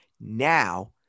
Now